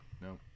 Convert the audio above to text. No